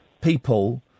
people